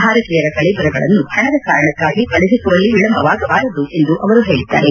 ಭಾರತೀಯರ ಕಳೇಬರಗಳನ್ನು ಹಣದ ಕಾರಣಕ್ನಾಗಿ ಕಳುಹಿಸುವಲ್ಲಿ ವಿಳಂಬವಾಗಬಾರದು ಎಂದು ಅವರು ಹೇಳಿದ್ದಾರೆ